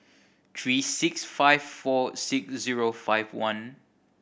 three six five four six zero five one